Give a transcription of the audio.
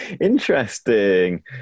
Interesting